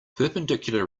perpendicular